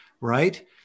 right